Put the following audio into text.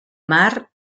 mar